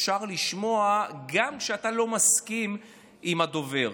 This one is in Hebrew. אפשר לשמוע גם כשאתה לא מסכים עם הדובר.